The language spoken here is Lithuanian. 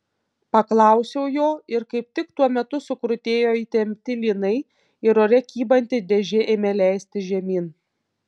paklausiau jo ir kaip tik tuo metu sukrutėjo įtempti lynai ir ore kybanti dėžė ėmė leistis žemyn